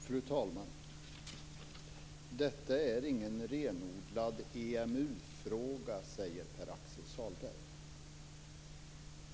Fru talman! Detta är ingen renodlad EMU-fråga, säger Pär Axel Sahlberg.